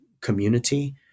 community